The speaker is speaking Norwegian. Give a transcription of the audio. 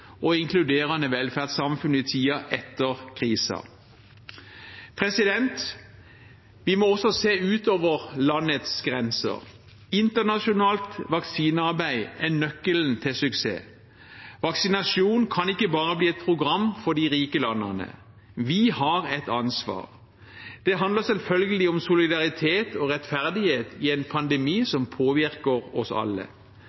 og inkluderende velferdssamfunn også i tiden etter krisen. Vi må også se utover landets grenser. Internasjonalt vaksinearbeid er nøkkelen til suksess. Vaksinasjon kan ikke bare bli et program for de rike landene – vi har et ansvar. Det handler selvfølgelig om solidaritet og rettferdighet i en pandemi